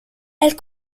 elles